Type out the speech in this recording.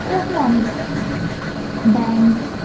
এরকম অনেক ব্যাঙ্ক